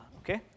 okay